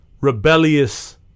rebellious